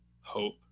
hope